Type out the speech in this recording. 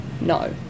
no